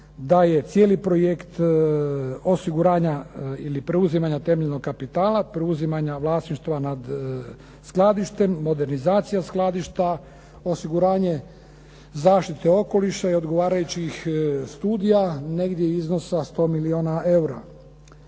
da je cijeli projekt osiguranja ili preuzimanja temeljnog kapitala, preuzimanja vlasništva nad skladištem, modernizacija skladišta, osiguranje zaštite okoliša i odgovarajućih studija, negdje iznosa 100 milijuna eura.